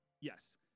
yes